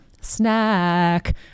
snack